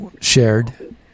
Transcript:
shared